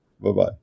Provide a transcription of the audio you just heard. Bye-bye